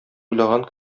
уйлаган